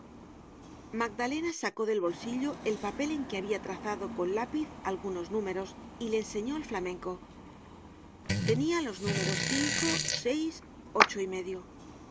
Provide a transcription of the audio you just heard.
magdalena sacó del bolsillo el papel en que habia trazado con lápiz algunos números y le enseñó al flamenco tenia los números veis le dijo